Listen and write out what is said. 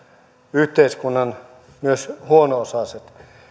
yhteiskunnan myös huono osaiset